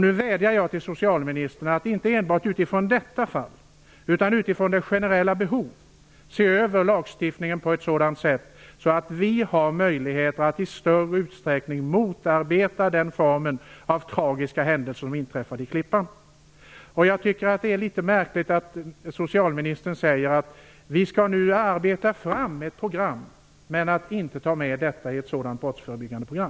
Nu vädjar jag till socialministern om att inte enbart utifrån detta fall utan utifrån det generella behovet se över lagstiftningen på ett sådant sätt att vi får möjlighet att i större utsträckning motarbeta den form av tragiska händelser som inträffade i Klippan. Socialministern säger att man nu skall arbeta fram ett brottsförebyggande program. Det är litet märkligt att inte ta med denna fråga i ett sådant program.